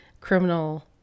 Criminal